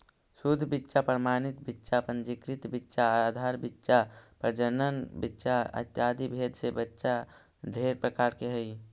शुद्ध बीच्चा प्रमाणित बीच्चा पंजीकृत बीच्चा आधार बीच्चा प्रजनन बीच्चा इत्यादि भेद से बीच्चा ढेर प्रकार के हई